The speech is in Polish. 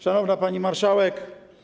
Szanowna Pani Marszałek!